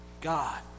God